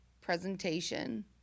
presentation